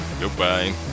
Goodbye